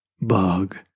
bug